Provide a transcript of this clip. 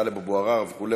טלב אבו עראר וכו',